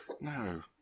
No